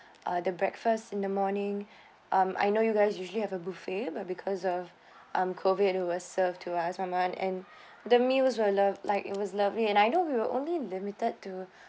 ah the breakfast in the morning um I know you guys usually have a buffet but because of um COVID it was served to us one and one and the meals were love like it was lovely and I know we were only limited to